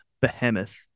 behemoth